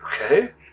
Okay